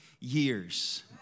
years